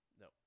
No